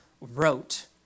wrote